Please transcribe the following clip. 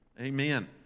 amen